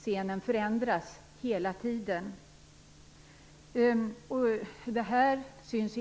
Scenen förändras hela tiden. Detta syns